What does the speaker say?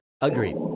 Agreed